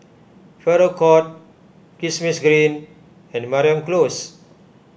Farrer Court Kismis Green and Mariam Close